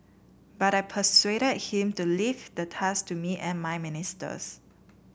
but I persuaded him to leave the task to me and my ministers